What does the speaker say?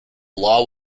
law